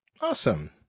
Awesome